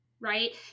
right